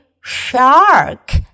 Shark